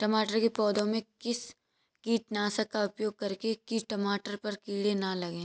टमाटर के पौधे में किस कीटनाशक का उपयोग करें कि टमाटर पर कीड़े न लगें?